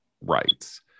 rights